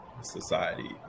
society